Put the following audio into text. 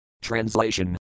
TRANSLATION